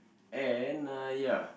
and uh ya